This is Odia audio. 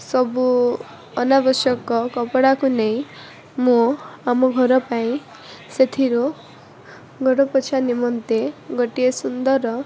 ସବୁ ଅନାବଶ୍ୟକ କପଡ଼ା କୁ ନେଇ ମୋ ଆମ ଘର ପାଇଁ ସେଥିରୁ ଘର ପୋଛା ନିମନ୍ତେ ଗୋଟିଏ ସୁନ୍ଦର